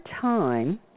time